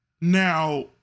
Now